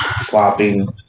flopping